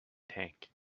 tank